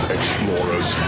Explorers